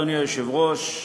אדוני היושב-ראש,